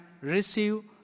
receive